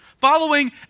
following